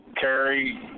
carry